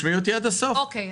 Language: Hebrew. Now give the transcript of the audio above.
אוקיי.